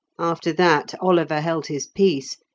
after that oliver held his peace,